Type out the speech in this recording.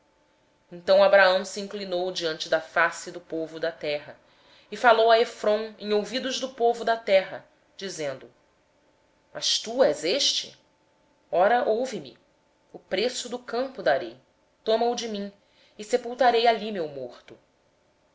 então abraão se inclinou diante do povo da terra e falou a efrom aos ouvidos do povo da terra dizendo se te agrada peço-te que me ouças darei o preço do campo toma-o de mim e sepultarei ali o meu morto